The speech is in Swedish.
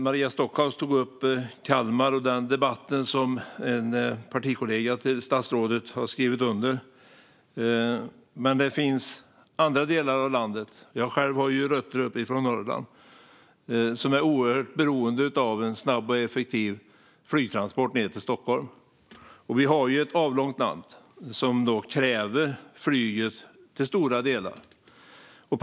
Maria Stockhaus tog upp Kalmar och den debattartikel som en partikollega till statsrådet har skrivit under. Men det finns även andra delar av landet - jag själv har rötter uppe i Norrland - som är oerhört beroende av en snabb och effektiv flygtransport ned till Stockholm. Vi har ett avlångt land som till stora delar kräver flyg.